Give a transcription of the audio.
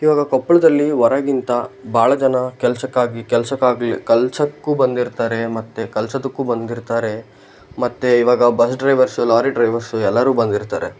ಇವಾಗ ಕೊಪ್ಪಳದಲ್ಲಿ ಹೊರಗಿಂತ ಭಾಳ ಜನ ಕೆಲಸಕ್ಕಾಗಿ ಕೆಲಸಕ್ಕಾಗ್ಲಿ ಕಲಿಸೋಕ್ಕು ಬಂದಿರ್ತಾರೆ ಮತ್ತು ಕಲಿಸೋದಕ್ಕು ಬಂದಿರ್ತಾರೆ ಮತ್ತು ಇವಾಗ ಬಸ್ ಡ್ರೈವರ್ಸು ಲಾರಿ ಡ್ರೈವರ್ಸು ಎಲ್ಲಾರು ಬಂದಿರ್ತಾರೆ